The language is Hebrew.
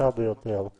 אנחנו